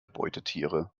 beutetiere